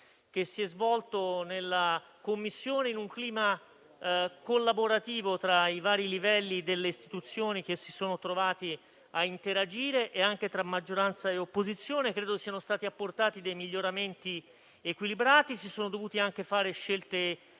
che si è svolto nella Commissione in un clima collaborativo tra i vari livelli delle istituzioni che si sono trovati a interagire e anche tra maggioranza e opposizione. Credo siano stati apportati miglioramenti equilibrati e si sono dovute anche fare scelte